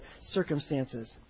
circumstances